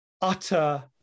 utter